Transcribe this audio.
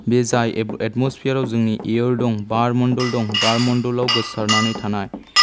बे जाय एटम'स्फेयाराव जोंनि एयार दं बार मण्डल दं बार मण्डलाव गोसारनानै थानाय